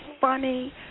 funny